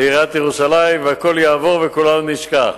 לעיריית ירושלים, והכול יעבור וכולנו נשכח.